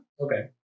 Okay